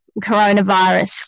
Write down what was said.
coronavirus